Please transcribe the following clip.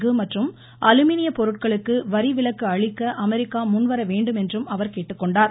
கு மற்றும் அலுமினிய பொருட்களுக்கு வரி விலக்கு அளிக்க அமெரிக்கா முன் வரவேண்டும் என்றும் அவர் கேட்டுக்கொண்டார்